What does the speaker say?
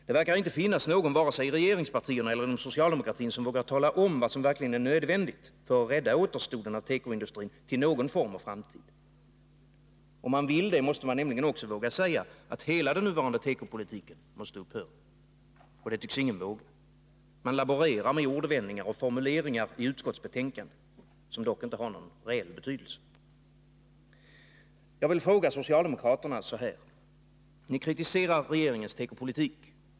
Det verkar inte finnas någon, vare sig i regeringspartierna eller inom socialdemokratin, som vågar tala om vad som verkligen är nödvändigt för att rädda återstoden av tekoindustrin till någon form av framtid. Om man vill det måste man nämligen också våga säga att hela den nuvarande tekopolitiken måste upphöra. Och det tycks ingen våga. Man laborerar med ordvändningar och formuleringar i utskottsbetänkanden som dock inte har någon reell betydelse. Jag vill ställa en fråga till socialdemokraterna. Ni kritiserar regeringens tekopolitik.